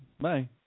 Bye